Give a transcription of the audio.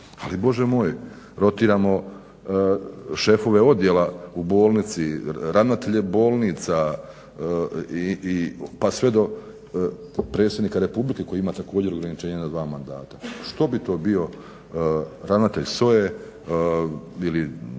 ali Bože moj, rotiramo šefove odjela u bolnici, ravnatelje bolnica pa sve do predsjednika republike koji ima također ograničenje na dva mandata, što bi to bio ravnatelj SOJE ili